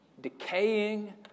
decaying